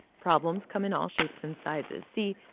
problems come in all shapes and sizes. see,